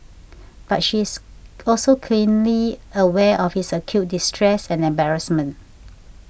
but she is also keenly aware of his acute distress and embarrassment